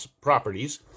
properties